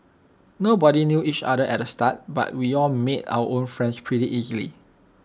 nobody knew each other at the start but we all made our own friends pretty easily